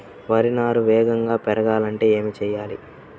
వరి నారు వేగంగా పెరగాలంటే ఏమి చెయ్యాలి?